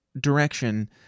direction